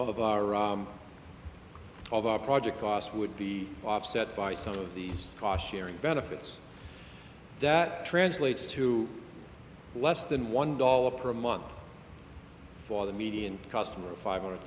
million of our of our project cost would be offset by some of these cost sharing benefits that translates to less than one dollar per month for the median customer five hundred